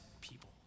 people